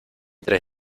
tres